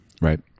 Right